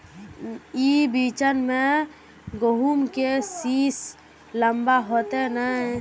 ई बिचन में गहुम के सीस लम्बा होते नय?